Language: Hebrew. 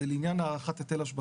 זה לעניין הערכת היטל השבחה,